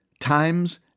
times